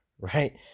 right